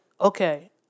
okay